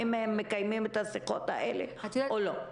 האם הם מקיימים את השיחות האלה או לא.